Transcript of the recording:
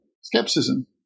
skepticism